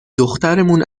دخترمون